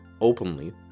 openly